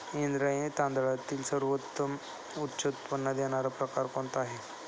इंद्रायणी तांदळातील सर्वोत्तम उच्च उत्पन्न देणारा प्रकार कोणता आहे?